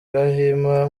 gahima